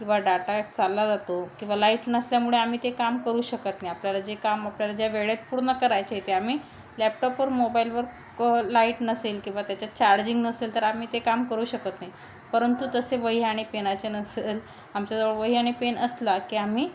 किंवा डाटा चालला जातो किंवा लाईट नसल्यामुळे आम्ही ते काम करू शकत नाही आपल्याला जे काम आपल्याला ज्या वेळेत पूर्ण करायचे ते आम्ही लॅपटॉपवर मोबाईलवर लाईट नसेल किंवा त्याच्यात चार्जिंग नसेल तर आम्ही ते काम करू शकत नाही परंतु तसे वही आणि पेनाचे नसेल आमच्याजवळ वही आणि पेन असला की आम्ही